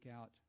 out